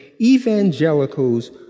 evangelicals